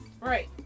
Right